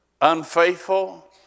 unfaithful